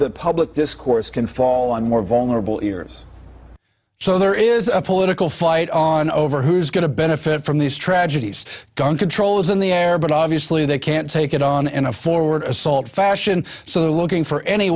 the public discourse can fall on more vulnerable ears so there is a political fight on over who's going to benefit from these tragedies gun control is in the air but obviously they can't take it on and forward assault fashion so they're looking for any